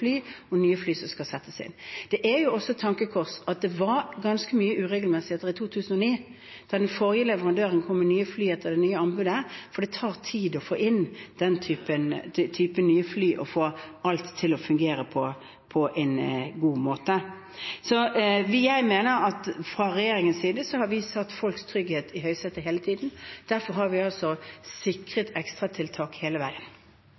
og nye fly skal settes inn. Det er også et tankekors at det var ganske mye uregelmessigheter i 2009, da den forrige leverandøren kom med nye fly etter det nye anbudet, for det tar tid å få inn den typen nye fly og få alt til å fungere på en god måte. Jeg mener at fra regjeringens side har vi satt folks trygghet i høysetet hele tiden. Derfor har vi sikret ekstratiltak hele veien.